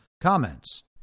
comments